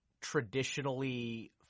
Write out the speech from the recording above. traditionally